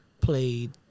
played